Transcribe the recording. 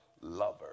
lover